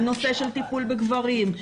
הנושא של טיפול בגברים,